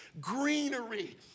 greenery